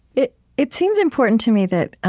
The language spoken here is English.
it it seems important to me that